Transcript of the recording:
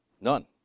None